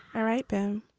all right, ben,